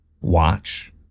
Watch